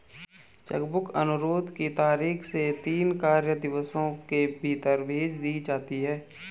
check book अनुरोध की तारीख से तीन कार्य दिवसों के भीतर भेज दी जाती है